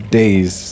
days